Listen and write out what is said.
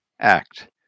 act